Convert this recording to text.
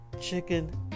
chicken